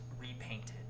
repainted